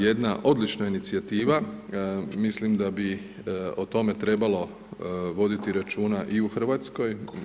Jedna odlična inicijativa, mislim da bi o tome trebalo voditi računa i u Hrvatskoj.